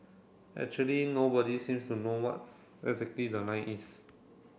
actually nobody seems to know what's exactly the line is